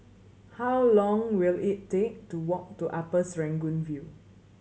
how long will it take to walk to Upper Serangoon View